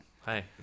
Hi